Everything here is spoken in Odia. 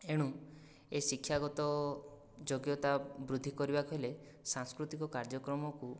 ଏଣୁ ଏ ଶିକ୍ଷାଗତ ଯୋଗ୍ୟତା ବୃଦ୍ଧି କରିବାକୁ ହେଲେ ସାଂସ୍କୃତିକ କାର୍ଯ୍ୟକ୍ରମକୁ